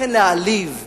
לכן להעליב מדינות,